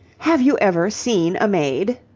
have you ever seen a maid?